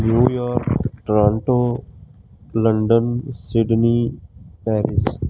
New York Toronto London Sydney Paris